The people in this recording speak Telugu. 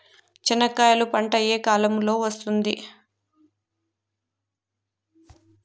చెనక్కాయలు పంట ఏ కాలము లో వస్తుంది